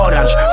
Orange